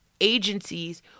agencies